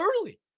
early